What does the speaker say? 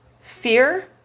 Fear